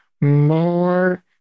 more